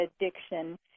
addiction